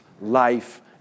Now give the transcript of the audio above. life